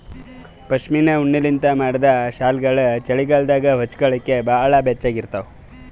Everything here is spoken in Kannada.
ಪಶ್ಮಿನಾ ಉಣ್ಣಿಲಿಂತ್ ಮಾಡಿದ್ದ್ ಶಾಲ್ಗೊಳು ಚಳಿಗಾಲದಾಗ ಹೊಚ್ಗೋಲಕ್ ಭಾಳ್ ಬೆಚ್ಚಗ ಇರ್ತಾವ